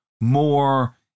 more